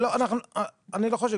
אני לא חושב.